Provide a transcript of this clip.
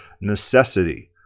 necessity